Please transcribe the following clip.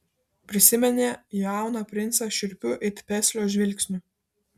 prisiminė jauną princą šiurpiu it peslio žvilgsniu